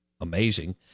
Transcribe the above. amazing